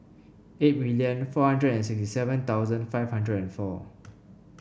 eight million four hundred and sixty seven thousand five hundred and four